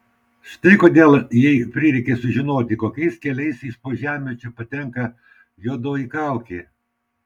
štai kodėl jai prireikė sužinoti kokiais keliais iš po žemių čia patenka juodoji kaukė